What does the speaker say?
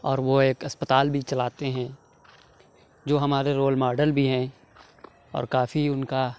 اور وہ ایک اسپتال بھی چلاتے ہیں جو ہمارے رول ماڈل بھی ہیں اور کافی اُن کا